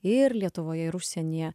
ir lietuvoje ir užsienyje